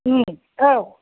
औ